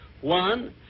One